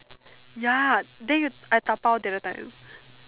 ya then you I dabao the another time